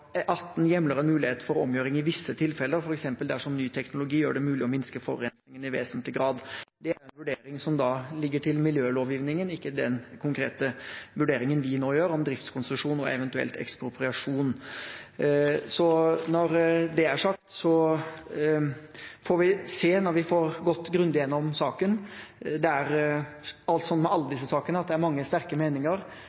18 hjemler en mulighet for omgjøring i visse tilfeller, f.eks. dersom ny teknologi gjør det mulig å minske forurensningen i vesentlig grad. Det er en vurdering som ligger til miljølovgivningen, ikke den konkrete vurderingen vi nå gjør om driftskonsesjon og eventuelt ekspropriasjon. Når det er sagt: Vi får se når vi får gått grundig gjennom saken. Det er, som med alle